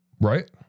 right